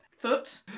Foot